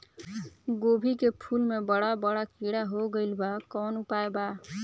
गोभी के फूल मे बड़ा बड़ा कीड़ा हो गइलबा कवन उपाय बा?